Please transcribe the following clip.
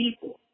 people